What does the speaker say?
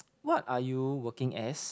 what are you working as